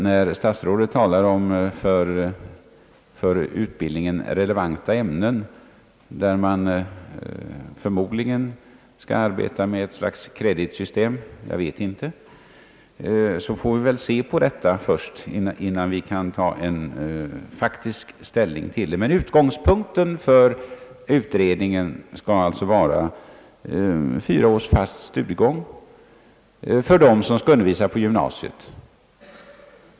När statsrådet talar om för utbildningen relevanta ämnen — där man förmodligen skall arbeta med ett slags kreditsystem, jag vet Ang. reformerad lärarutbildning, m.m. inte — får vi väl se på vad detta betyder innan vi kan ta faktisk ställning. Men utgångspunkten för utredningen skall vara fyra års fast studiegång för blivande lärare på gymnasiet.